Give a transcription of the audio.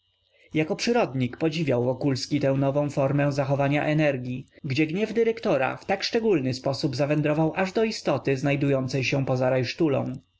jako przyrodnik podziwiał wokulski tę nową formę prawa zachowania siły gdzie gniew dyrektora w tak szczególny sposób zawędrował aż do istoty znajdującej się poza